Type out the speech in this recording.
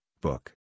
book